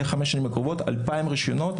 בחמש השנים הקרובות אנחנו צריכים 2,000 רישיונות.